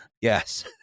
Yes